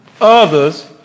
others